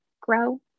grow